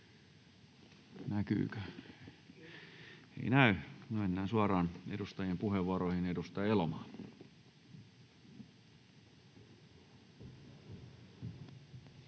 Näkyykö? Ei näy. — Mennään suoraan edustajien puheenvuoroihin. Edustaja Elomaa.